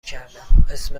کردماسم